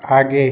आगे